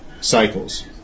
cycles